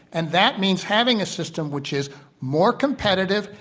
and that means having a system which is more competitive,